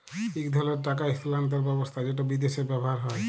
ইক ধরলের টাকা ইস্থালাল্তর ব্যবস্থা যেট বিদেশে ব্যাভার হ্যয়